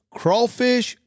crawfish